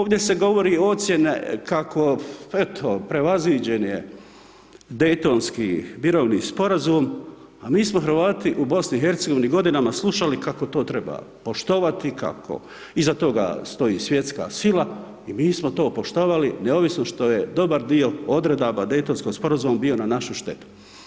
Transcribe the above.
Ovdje se govori ocjene kako eto, prevaziđen je Daytonski mirovni sporazum a mi smo Hrvati u BiH-u godinama slušali kako to treba poštivati, kako iza toga stoji svjetska sila i mi smo to poštovali, neovisno što je dobar dio odredaba Dejtonskog sporazuma bio na našu štetu.